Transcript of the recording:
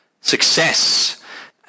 success